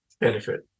benefit